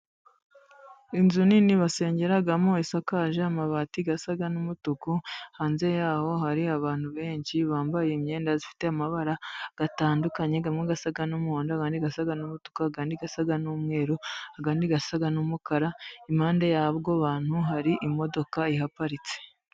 Inzu nini basengeramo, isakaje amabati asa n'umutuku, hanze yaho hari abantu benshi bambaye imyenda ifite amabara atandukanye, amwe asa n'umuhondo, andi asa n'umutuku, andi asa n'umweru, andi asa n'umukara, impande yabo bantu hari imodoka ihaparitse.